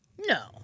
No